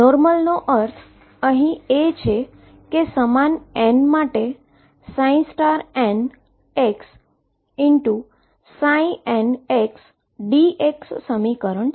નોર્મલનો અર્થ અહી એ છે કે સમાન n માટે nxndx સમીકરણ છે